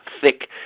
thick